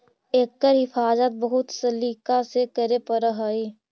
एकर हिफाज़त बहुत सलीका से करे पड़ऽ हइ